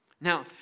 Now